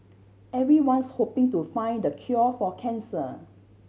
everyone's hoping to find the cure for cancer